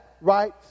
right